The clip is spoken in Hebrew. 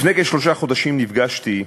לפני כשלושה חודשים נפגשתי,